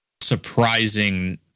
surprising